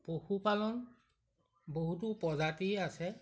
পশুপালন বহুতো প্ৰজাতিৰ আছে